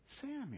Samuel